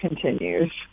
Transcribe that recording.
continues